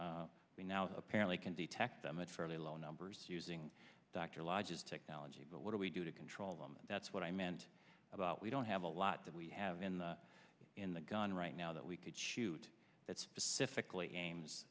we now apparently can detect them at fairly low numbers using dr lodge's technology but what do we do to control them and that's what i meant about we don't have a lot that we have in in the gun right now that we could shoot at specifically aime